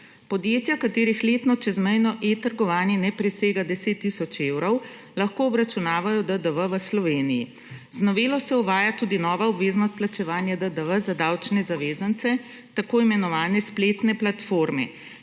Podjetja, katerih letno čezmejno e-trgovanje ne presega 10 tisoč evrov, lahko obračunavajo DDV v Sloveniji. Z novelo se uvaja tudi nova obveznost plačevanja DDV za davčne zavezance, tako imenovane spletne platforme,